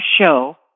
show